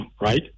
right